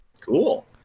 Cool